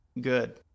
good